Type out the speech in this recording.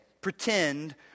pretend